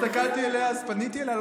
הסתכלתי עליה אז פניתי אליה.